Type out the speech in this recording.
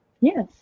Yes